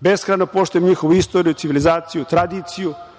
beskrajno poštujem njihovu istoriju, civilizaciju, tradiciju,